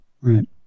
Right